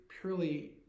purely